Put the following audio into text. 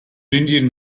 indian